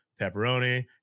pepperoni